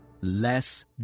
Less